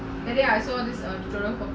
and then I saw this on tik tok